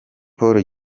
paul